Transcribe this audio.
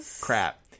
crap